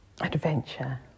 adventure